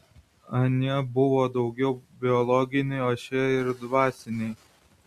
anie buvo daugiau biologiniai o šie ir dvasiniai